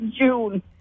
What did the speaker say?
June